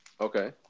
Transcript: Okay